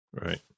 Right